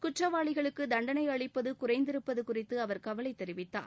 குற்றவாளிகளுக்கு தண்டணை அளிப்பது குறைந்திருப்பது குறித்து அவர் கவலை தெரிவித்தார்